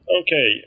Okay